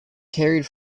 carried